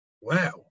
Wow